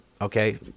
Okay